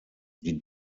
die